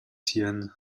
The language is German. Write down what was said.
tieren